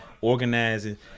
organizing